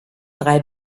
drei